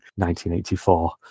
1984